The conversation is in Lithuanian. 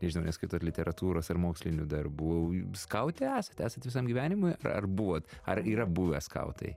nežinau neskaitot literatūros ar mokslinių darbų jūs skautė esat esat visam gyvenimui ar buvot ar yra buvę skautai